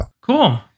Cool